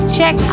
Check